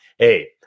hey